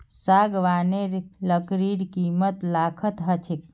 सागवानेर लकड़ीर कीमत लाखत ह छेक